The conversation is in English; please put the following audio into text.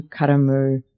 Karamu